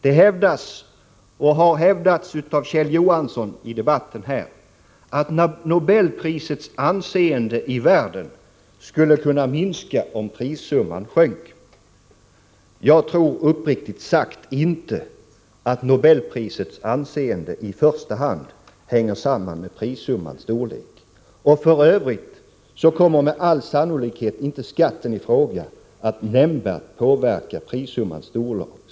Det har hävdats av Kjell Johansson i debatten i dag att Nobelprisets anseende i världen skulle kunna minska om prissumman sjönk. Jag tror uppriktigt sagt inte att Nobelprisets anseende i första hand hänger samman med prissummans storlek. För övrigt kommer med all sannolikhet inte skatten i fråga att nämnvärt påverka prissummans storlek.